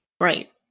Right